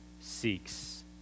seeks